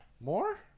More